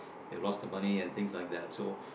loss of money and things like that so